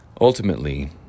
Ultimately